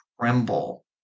tremble